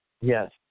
Yes